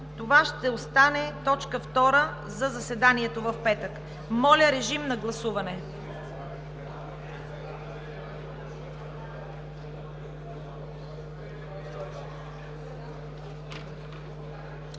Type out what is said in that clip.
Това ще остане точка втора за заседанието в петък. Моля, режим на гласуване.